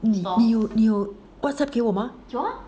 你有你有 Whatsapp 给我吗